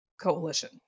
coalition